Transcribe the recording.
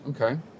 Okay